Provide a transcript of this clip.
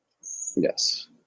Yes